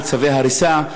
על צווי הריסה,